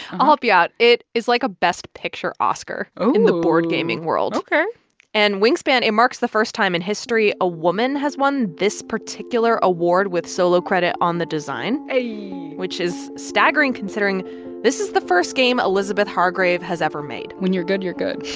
i'll help you out. it is like a best picture oscar. ooh. in the board gaming world. ok and wingspan it marks the first time in history a woman has won this particular award with solo credit on the design. ayy. which is staggering considering this is the first game elizabeth hargrave has ever made when you're good, you're good,